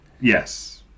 Yes